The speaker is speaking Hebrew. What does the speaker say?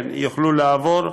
כן, יוכלו לעבור.